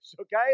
okay